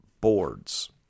boards